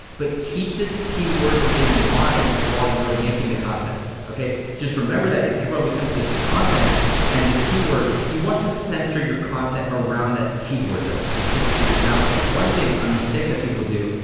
but keep this key work in mind while you're making the content, okay? just remember that if people are looking up this content and this key word, you want to center your content around that key word, that specific key word. now, one thing, a mistake that people do,